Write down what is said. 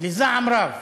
לזעם רב.